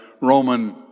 Roman